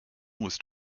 was